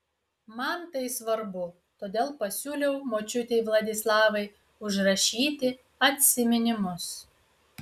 man tai svarbu todėl pasiūliau močiutei vladislavai užrašyti atsiminimus